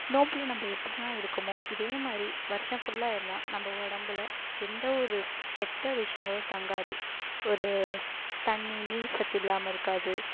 நோம்பில் நம்ம எப்படிலாம் இருக்கமோ இதே மாதிரி வருடம் ஃபுல்லாக இருந்தால் நம்ம உடம்புல எந்த ஒரு கெட்ட விஷயங்களும் தங்காது ஒரு தண்ணி நீர் சத்து இல்லாமல் இருக்காது